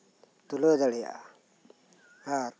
ᱛᱩᱞᱟᱹᱣ ᱫᱟᱲᱮᱭᱟᱜᱼᱟ